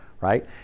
right